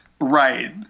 Right